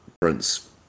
Prince